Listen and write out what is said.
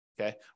okay